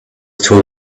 talk